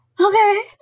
Okay